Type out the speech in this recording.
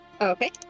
Okay